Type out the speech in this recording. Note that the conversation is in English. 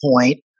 point